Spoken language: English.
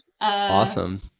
awesome